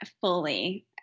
fully